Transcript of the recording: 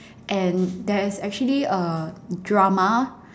and there's actually a drama